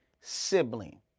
sibling